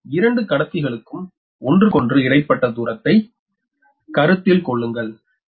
எனவே இரண்டு கடத்திகளுக்கு ஒன்றுக்கொன்று இடைப்பட்ட தூரத்தை கருத்தில் கொள்ளுங்கள்